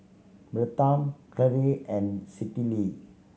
Bertram Karyl and Citlali